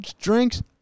drinks